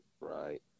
Right